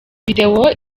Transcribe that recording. videwo